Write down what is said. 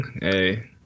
Hey